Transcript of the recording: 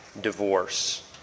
divorce